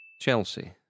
Chelsea